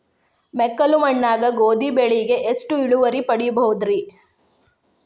ಮೆಕ್ಕಲು ಮಣ್ಣಾಗ ಗೋಧಿ ಬೆಳಿಗೆ ಎಷ್ಟ ಇಳುವರಿ ಪಡಿಬಹುದ್ರಿ?